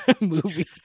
movie